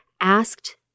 asked